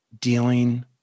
dealing